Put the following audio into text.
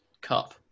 cup